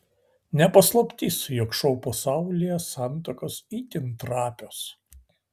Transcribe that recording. ne paslaptis jog šou pasaulyje santuokos itin trapios